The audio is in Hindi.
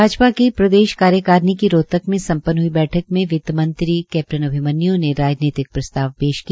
भाजपा की प्रदेश कार्यकारिणी की रोहतक में संपन्न हुई बैठक में वित मंत्री कैप्टन अभिमन्य् ने राजनीतिक प्रस्ताव पेश किया